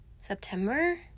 September